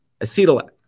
acetyl